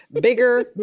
bigger